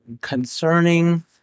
concerning